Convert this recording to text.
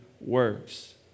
works